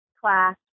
class